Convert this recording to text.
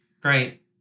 Great